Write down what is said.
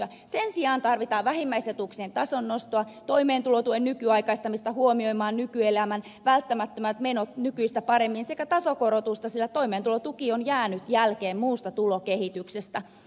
sen sijaan tarvitaan vähimmäisetuuksien tason nostoa toimeentulotuen nykyaikaistamista huomioimaan nykyelämän välttämättömät menot nykyistä paremmin sekä tasokorotusta sillä toimeentulotuki on jäänyt jälkeen muusta tulokehityksestä